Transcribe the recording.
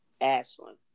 Ashlyn